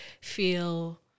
feel